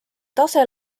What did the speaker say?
tase